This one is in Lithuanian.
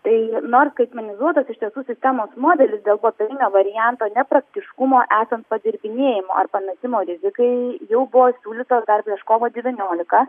tai nors skaitmenizuotas iš tiesų sistemos modelis dėl popierinio varianto nepraktiškumo esant padirbinėjimo ar pametimo rizikai jau buvo siūlytas dar prieš kovid devyniolika